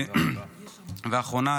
ואחרונה,